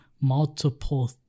multiple